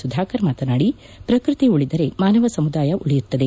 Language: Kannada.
ಸುಧಾಕರ್ ಮಾತನಾದಿ ಪ್ರಕೃತಿ ಉಳಿದರೆ ಮಾನವ ಸಮುದಾಯ ಉಳಿಯುತ್ತದೆ